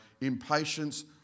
impatience